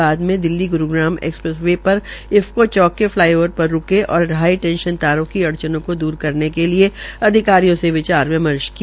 बाद में Delhi Gurugram expressway पर इफको चौक के फलाईओवर पर रूके और हाईटेंशन तारों की अड़चनों का दूर करने के लिये अधिकारियों से विचार विमर्श किया